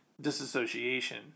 disassociation